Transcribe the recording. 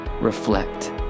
Reflect